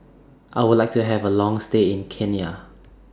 I Would like to Have A Long stay in Kenya